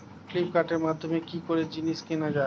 ফ্লিপকার্টের মাধ্যমে কি করে জিনিস কেনা যায়?